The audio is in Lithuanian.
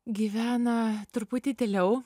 gyvena truputį tyliau